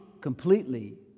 completely